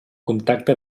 contacte